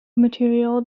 material